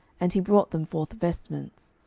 and he brought them forth vestments.